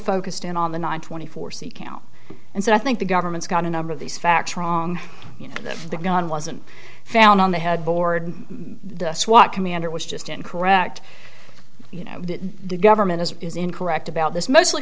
focused in on the nine twenty four c count and so i think the government's got a number of these facts wrong you know that the gun wasn't found on the headboard the swat commander was just incorrect you know the government is incorrect about this mostly